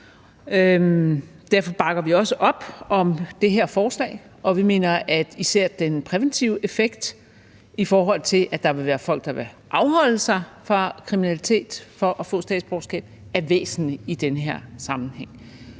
Derfor bakker vi også op om det her forslag, og vi mener, at især den præventive effekt i forhold til, at der vil være folk, der vil afholde sig fra kriminalitet for at få et statsborgerskab, er væsentlig i den her sammenhæng.